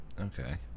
Okay